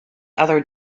other